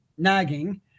nagging